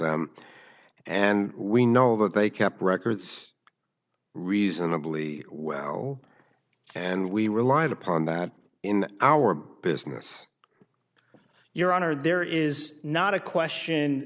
them and we know that they kept records reasonably well and we relied upon that in our business your honor there is not a question